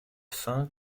fin